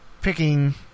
picking